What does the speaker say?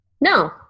No